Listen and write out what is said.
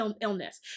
illness